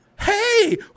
hey